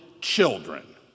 children